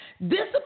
Discipline